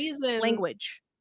language